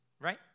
right